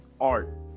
art